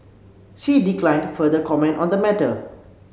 she declined further comment on the matter